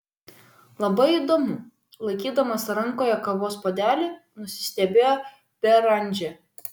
labai įdomu laikydamas rankoje kavos puodelį nusistebėjo beranžė